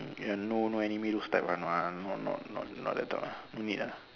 and no no looks tight one what not not not that type no need ah